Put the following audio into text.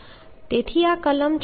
તેથી આ કલમ 6